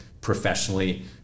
professionally